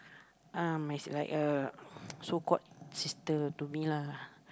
uh like a so called sister to me lah